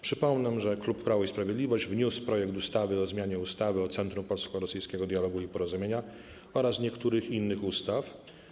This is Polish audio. Przypomnę, że klub Prawo i Sprawiedliwość wniósł projekt ustawy o zmianie ustawy o Centrum Polsko-Rosyjskiego Dialogu i Porozumienia oraz niektórych innych ustaw.